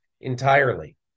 entirely